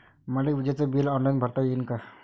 मले विजेच bill online भरता येईन का?